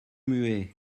muet